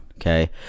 okay